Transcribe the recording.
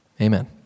amen